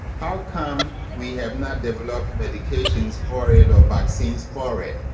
how come we have not developed medications for it or vaccines for it?